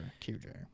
QJ